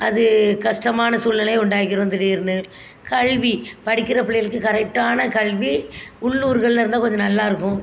அது கஷ்டமான சூழ்நிலைய உண்டாக்கிடும் திடீரெனு கல்வி படிக்கிற பிள்ளைங்களுக்கு கரெக்டான கல்வி உள்ளூர்களில் இருந்தால் கொஞ்சம் நல்லா இருக்கும்